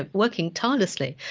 but working tirelessly.